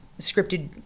scripted